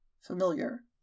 Familiar